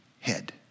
head